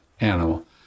animal